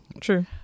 true